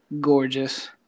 gorgeous